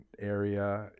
area